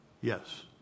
Yes